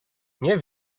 nie